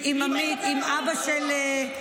תגיד לי, למה לא נפגשת עם אבא של עמית?